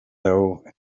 though